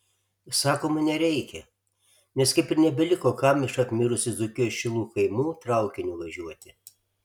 sakoma nereikia nes kaip ir nebeliko kam iš apmirusių dzūkijos šilų kaimų traukiniu važiuoti